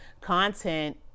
content